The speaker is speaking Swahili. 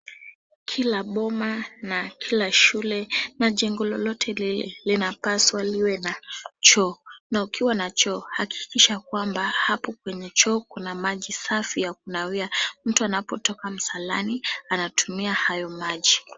Kila boma, na kila shule, na jengo lolote lile linapaswa liwe na choo. Na ukiwa na choo, hakikisha kwamba hapo kwenye choo kuna maji safi ya kunawia. Mtu anapotoka msalani, anatumia hayo maji.